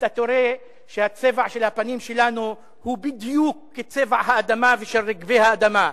אתה רואה שהצבע של הפנים שלנו הוא בדיוק כצבע האדמה ורגבי האדמה,